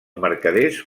mercaders